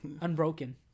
Unbroken